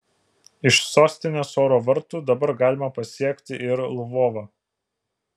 iš sostinės oro vartų dabar galima pasiekti ir lvovą